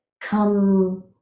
come